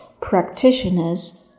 practitioners